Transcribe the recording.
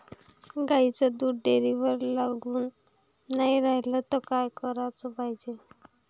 गाईचं दूध डेअरीवर लागून नाई रायलं त का कराच पायजे?